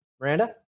Miranda